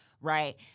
right